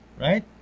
right